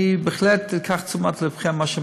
אני בהחלט אקח שוב לתשומת לב את מה שאמרתם.